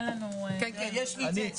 אין לנו --- זה אצלי.